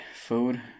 food